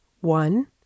One